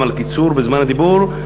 גם על הקיצור בזמן הדיבור.